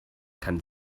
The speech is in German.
kann